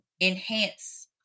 enhance